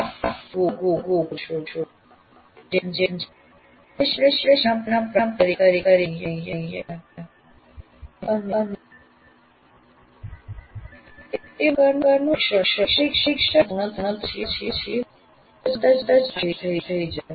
આપ ફક્ત ગોખો છો જેને આપણે શિક્ષણના પ્રકાર તરીકે ગણીએ છીએ અને તે પ્રકારનું શિક્ષણ પરીક્ષા પૂર્ણ થયા પછી તરત જ નાશ થઈ જશે